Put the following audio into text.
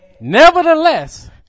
Nevertheless